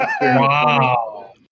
Wow